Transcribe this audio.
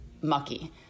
mucky